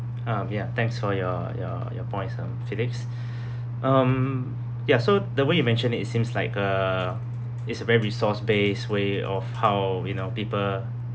um ya thanks for your your your points um philips um ya so the way you mentioned it it seems like uh it's a very resource based way of how you know people